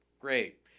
Great